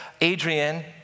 Adrian